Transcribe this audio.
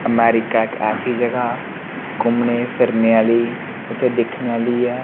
America इक ऐसी जगह् घूमने फिरने आह्ली उत्थें दिक्खने आह्ली ऐ